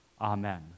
Amen